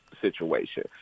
situation